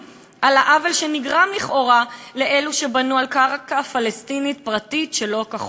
על העוול שנגרם לכאורה לאלו שבנו על קרקע פלסטינית פרטית שלא כחוק?